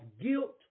guilt